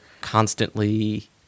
constantly